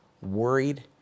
worried